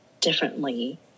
differently